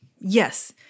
Yes